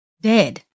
dead